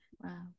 Wow